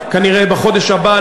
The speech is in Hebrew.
כנראה בחודש הבא,